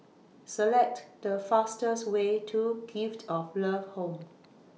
Select The fastest Way to Gift of Love Home